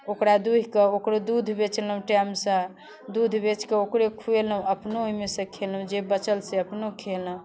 ओकरा दुहिके ओकरो दूध बेचलहुँ टाइमसँ दूध बेचके ओकरो खुएलहुँ अपनो ओहिमेसँ खेलहुँ जे बचल से अपनो खेलहुँ